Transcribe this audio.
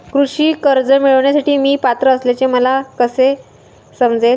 कृषी कर्ज मिळविण्यासाठी मी पात्र असल्याचे मला कसे समजेल?